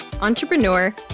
entrepreneur